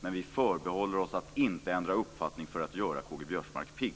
Men vi förbehåller oss rätten att inte ändra uppfattning för att göra Karl-Göran Biörsmark pigg.